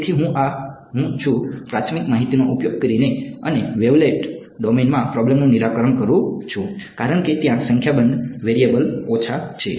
તેથી હું આ હું છું પ્રાથમિક માહિતીનો ઉપયોગ કરીને અને વેવલેટ ડોમેનમાં પ્રોબ્લેમનું નિરાકરણ કરું છું કારણ કે ત્યાં સંખ્યાબંધ વેરિયેબલ ઓછા છે